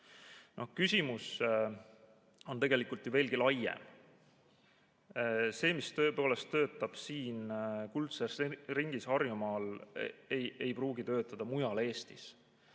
on tegelikult ju veelgi laiem. See, mis tõepoolest töötab siin kuldses ringis Harjumaal, ei pruugi töötada mujal Eestis.